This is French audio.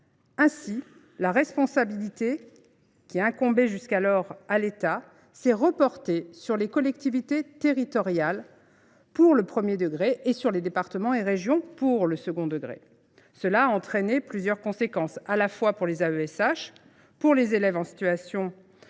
la responsabilité qui incombait jusqu’alors à l’État s’est déportée sur les collectivités territoriales pour le premier degré et sur les départements et les régions pour le second degré. Cette situation a entraîné plusieurs conséquences, pour les AESH, pour les élèves en situation de handicap